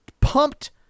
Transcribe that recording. pumped